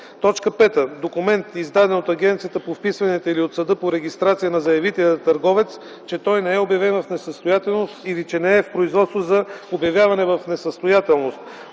ЕИК; 5. документ, издаден от Агенцията по вписванията или от съда по регистрация на заявителя - търговец, че той не е обявен в несъстоятелност или че не е в производство за обявяване в несъстоятелност;